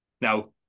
Now